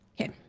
Okay